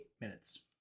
minutes